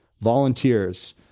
volunteers